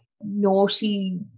naughty